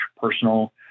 personal